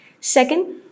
Second